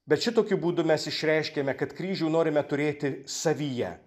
bet šitokiu būdu mes išreiškiame kad kryžių norime turėti savyje